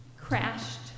crashed